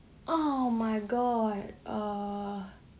oh my god uh